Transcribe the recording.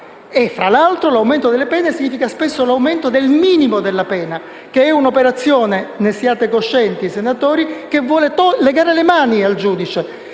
Tra l'altro, l'aumento delle pene significa spesso l'aumento del minimo della pena, che è un'operazione - ne siate coscienti, senatori - che vuole legare le mani al giudice.